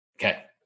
Okay